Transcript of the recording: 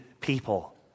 people